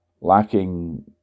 lacking